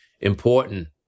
important